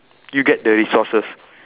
you get the resources